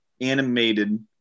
animated